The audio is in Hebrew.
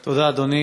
תודה, אדוני.